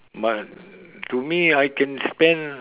but to me I can spend